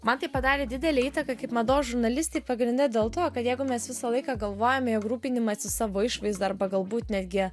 man tai padarė didelę įtaką kaip mados žurnalistei pagrinde dėl to kad jeigu mes visą laiką galvojame jog rūpinimasis savo išvaizda arba galbūt netgi